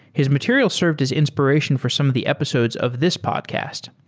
his material served as inspiration for some of the episodes of this podcast,